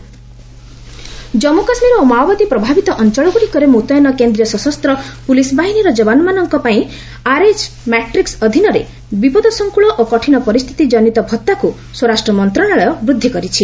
home CRPF Jammu Kashmir ଓ ମାଓବାଦୀ ପ୍ରଭାବିତ ଅଞ୍ଚଳଗୁଡ଼ିକରେ ମୁତୟନ କେନ୍ଦ୍ରୀୟ ସଶସ୍ତ ପୁଲିସ୍ ବାହିନୀର ଯବାନମାନଙ୍କ ପାଇଁ ଆର୍ଏଚ୍ ମାଟ୍ରିକ୍ ଅଧୀନରେ ବିପଦସଂକୁଳ ଓ କଠିନ ପରିସ୍ଥିତି କନିତ ଭଉାକୁ ସ୍ୱରାଷ୍ଟ୍ର ମନ୍ତ୍ରଣାଳୟ ବୃଦ୍ଧି କରିଛି